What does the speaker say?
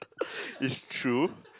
it's true